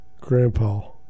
Grandpa